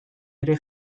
ere